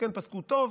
כן פסקו טוב?